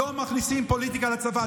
לא מכניסים פוליטיקה לצבא.